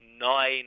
nine